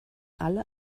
alle